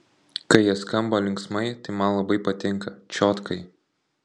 kai jie skamba linksmai tai man labai patinka čiotkai